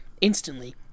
instantly